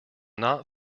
not